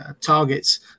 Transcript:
targets